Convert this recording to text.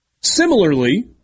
Similarly